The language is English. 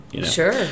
Sure